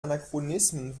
anachronismen